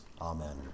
amen